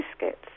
biscuits